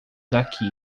daqui